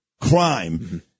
crime